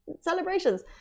celebrations